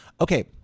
Okay